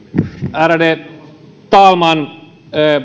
ärade talman